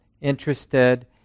interested